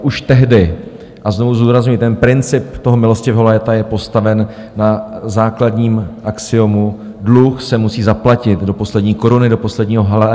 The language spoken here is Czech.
Už tehdy a znovu zdůrazňuji ten princip toho milostivého léta, je postaven na základním axiomu dluh se musí zaplatit do poslední koruny, do posledního haléře.